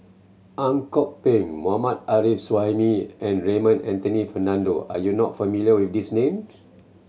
Ang Kok Peng Mohammad Arif Suhaimi and Raymond Anthony Fernando are you not familiar with these names